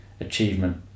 achievement